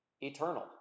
eternal